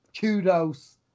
Kudos